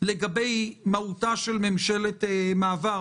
לגבי מהותה של ממשלת מעבר,